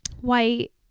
white